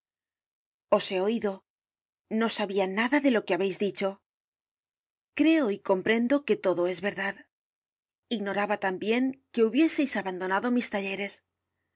os he oido no sabia nada de lo que habeis dicho creo y comprendo que todo es verdad ignoraba tambien que hubiéseis abandonado mis talleres por